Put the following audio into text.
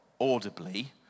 audibly